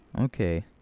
okay